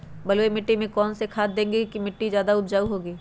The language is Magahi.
बलुई मिट्टी में कौन कौन से खाद देगें की मिट्टी ज्यादा उपजाऊ होगी?